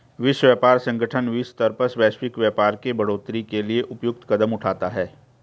विश्व व्यापार संगठन विश्व स्तर पर वैश्विक व्यापार के बढ़ोतरी के लिए उपयुक्त कदम उठाता है